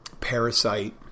parasite